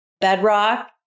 Bedrock